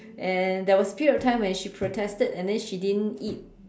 and there was a period of time where she protested and then she didn't eat